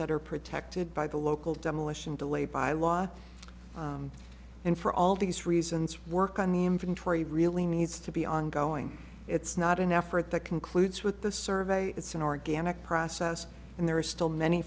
that are protected by the local demolition delay by law and for all these reasons work on the inventory really needs to be ongoing it's not an effort that concludes with the survey it's an organic process and there are still many